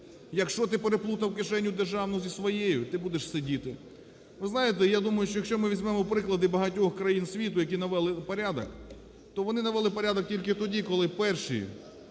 якщо ти переплутав кишеню державну зі своєю, ти будеш сидіти. Ви знаєте, я думаю, що якщо ми візьмемо приклади багатьох країн світу, які навели порядок, то вони навели порядок тільки тоді, коли перші